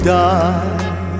die